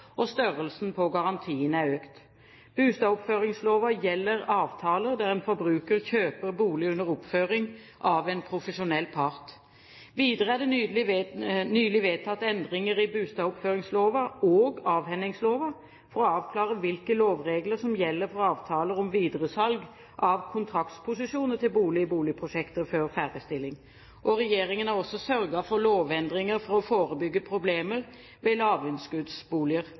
og størrelsen på garantiene er økt. Bustadoppføringslova gjelder avtaler der en forbruker kjøper bolig under oppføring av en profesjonell part. Videre er det nylig vedtatt endringer i bustadoppføringslova og avhendingslova for å avklare hvilke lovregler som gjelder for avtaler om videresalg av kontraktsposisjoner til boliger i boligprosjekter før ferdigstilling. Regjeringen har også sørget for lovendringer for å forebygge problemer ved